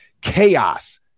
chaos